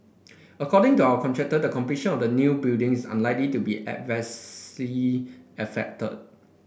according to our contractor the completion of the new buildings is unlikely to be adversely affected